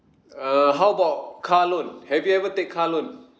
err how about car loan have you ever take car loan